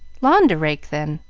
lawn to rake, then?